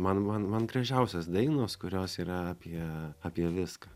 man man man gražiausios dainos kurios yra apie apie viską